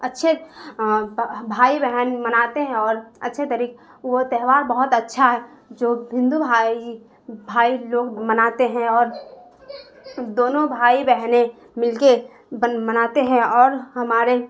اچھے بھائی بہن مناتے ہیں اور اچھے طریقہ وہ تہوار بہت اچھا ہے جو ہندو بھائی بھائی لوگ مناتے ہیں اور دونوں بھائی بہنیں مل کے بن مناتے ہیں اور ہمارے